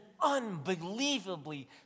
unbelievably